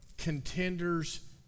Contenders